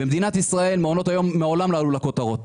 במדינת ישראל מעונות היום מעולם לא עלו לכותרות,